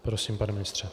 Prosím, pane ministře.